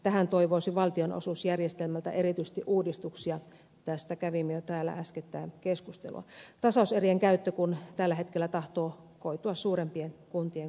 tähän toivoisi valtionosuusjärjestelmältä erityisesti uudistuksia tästä kävimme jo täällä äskettäin keskustelua tasauserien käyttö kun tällä hetkellä tahtoo koitua suurempien kuntien kovaksi kohtaloksi